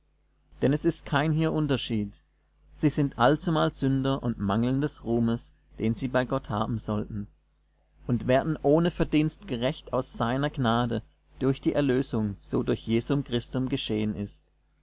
denn es ist kein hier unterschied sie sind allzumal sünder und mangeln des ruhmes den sie bei gott haben sollten und werden ohne verdienst gerecht aus seiner gnade durch die erlösung so durch jesum christum geschehen ist